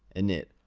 init,